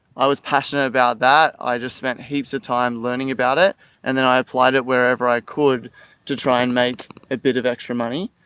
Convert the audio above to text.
i was passionate about that. i just spent heaps of time learning about it and then i applied at wherever i could to try and make a bit of extra money.